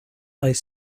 ice